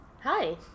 Hi